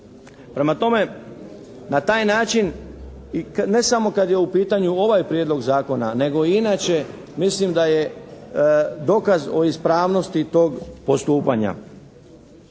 Prema tome na taj način i ne samo kada je u pitanju ovaj prijedlog zakona nego i inače, mislim da je dokaz o ispravnosti tog postupanja.